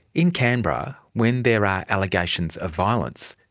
in canberra, when there are allegations of violence,